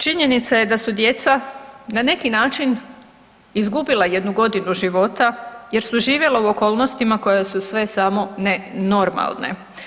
Činjenica je da su djeca na neki način izgubila jednu godinu života jer su živjela u okolnostima koja su sve samo ne normalne.